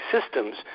systems